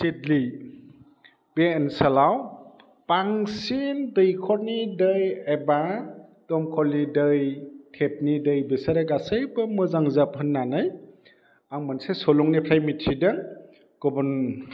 सिडलि बे ओनसोलाव बांसिन दैखरनि दै एबा दमखलनि दै टेप नि दै बिसोरो गासैखौबो मोजांजोब होननानै आं मोनसे सुलुंनिफ्राय मिथिदों गुबुन